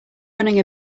running